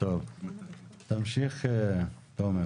תמשיך, תומר.